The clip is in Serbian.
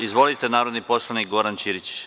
Izvolite, narodni poslanik Goran Ćirić.